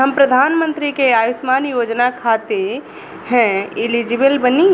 हम प्रधानमंत्री के अंशुमान योजना खाते हैं एलिजिबल बनी?